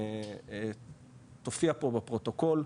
תופיע פה בפרוטוקול,